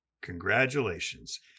Congratulations